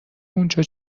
اونجا